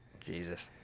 Jesus